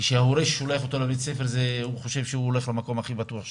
כשההורה שולח אותו לבית הספר הוא חושב שהילד הולך למקום הכי בטוח שיש,